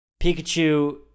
Pikachu